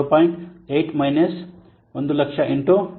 8 minus 100000 into 0